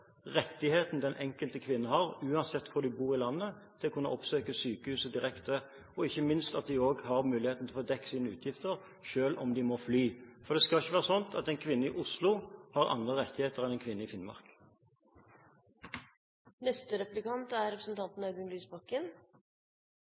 rettigheten den enkelte kvinne har, uansett hvor en bor i landet, til å kunne oppsøke sykehuset direkte, og ikke minst at de også har muligheten til å få dekket sine utgifter, selv om de må fly. Det skal ikke være sånn at en kvinne i Oslo har andre rettigheter enn en kvinne i